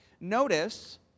Notice